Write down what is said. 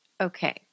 Okay